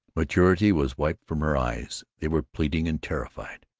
maturity was wiped from her eyes they were pleading and terrified.